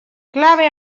kable